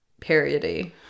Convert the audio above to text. periody